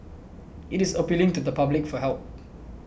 it is appealing to the public for help